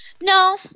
No